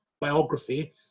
biography